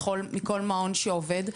מכל מעון שעובד,